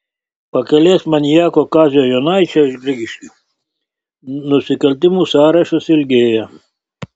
pakelės maniako kazio jonaičio iš grigiškių nusikaltimų sąrašas ilgėja